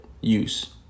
use